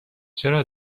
چرا